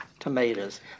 tomatoes